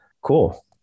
Cool